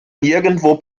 nirgendwo